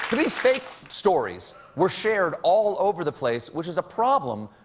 these fake stories were shared all over the place, which is a problem,